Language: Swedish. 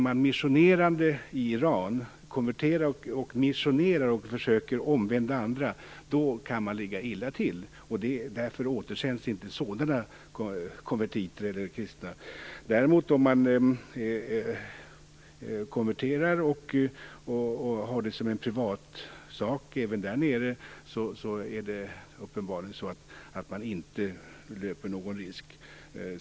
Den som i Iran konverterar och missionerar, försöker omvända andra, kan ligga illa till. Därför återsänds inte sådana kristna konvertiter. Om man däremot konverterar och ser det som en privatsak även där nere, är det uppenbarligen så att man inte löper någon risk.